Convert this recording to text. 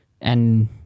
and-